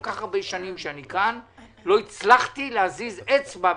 כל כך הרבה שנים שאני כאן לא הצלחתי להזיז אצבע במירון.